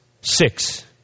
Six